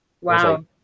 Wow